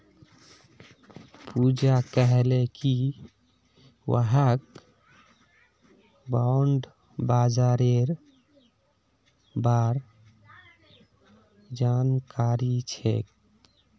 पूजा कहले कि वहाक बॉण्ड बाजारेर बार जानकारी छेक